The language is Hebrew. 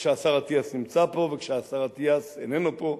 כשהשר אטיאס נמצא פה וכשהשר אטיאס איננו פה,